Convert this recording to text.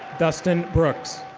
dustin brooks.